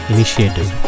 Initiative